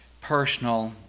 personal